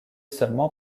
seulement